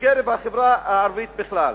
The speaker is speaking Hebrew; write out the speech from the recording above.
בקרב החברה הערבית בכלל.